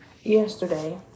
Yesterday